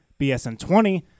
BSN20